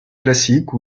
classique